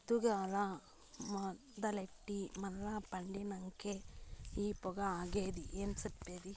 పొద్దుగాల మొదలెట్టి మల్ల పండినంకే ఆ పొగ ఆగేది ఏం చెప్పేది